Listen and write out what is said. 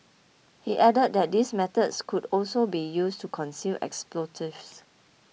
he added that these methods could also be used to conceal explosives